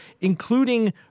including